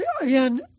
again